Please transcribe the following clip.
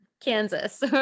Kansas